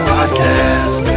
Podcast